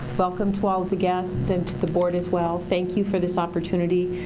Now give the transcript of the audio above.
welcome to all of the guests and the board as well. thank you for this opportunity,